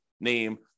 name